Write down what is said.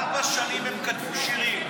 ארבע שנים, ארבע שנים הם כתבו שירים.